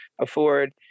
afford